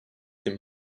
dem